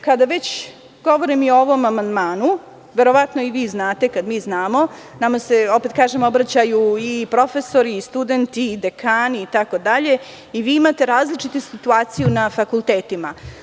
Kada već govorim i ovom amandmanu verovatno i vi znate, kada mi znamo, nama se opet kažem obraćaju i profesori i studenti i dekani itd, da imate različitu situaciju na fakultetima.